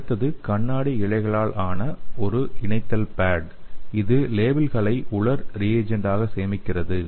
அடுத்தது கண்ணாடி இழைகளால் ஆன ஒரு இணைத்தல் பேட் இது லேபிள்களை உலர் ரீஜண்ட் ஆக சேமிக்கிறது